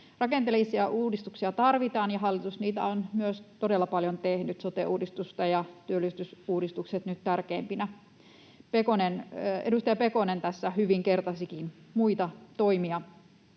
Rakenteellisia uudistuksia tarvitaan, ja hallitus niitä on myös todella paljon tehnyt, sote-uudistus ja työllisyysuudistukset nyt tärkeimpinä. Edustaja Pekonen tässä hyvin kertasikin muita toimia.